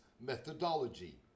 methodology